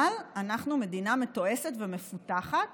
אבל אנחנו מדינה מתועשת ומפותחת